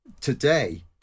Today